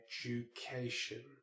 education